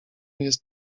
jest